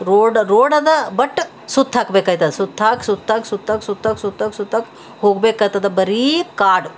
road ರೋಡದ but ಸುತ್ತಾಕ್ಬೇಕಾಯ್ತದ ಸುತ್ತಾಕಿ ಸುತ್ತಾಕಿ ಸುತ್ತಾಕಿ ಸುತ್ತಾಕಿ ಸುತ್ತಾಕಿ ಸುತ್ತಾಕಿ ಹೋಗ್ಬೇಕಾಗ್ತದ ಬರೀ ಕಾಡು